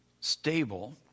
stable